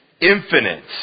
infinite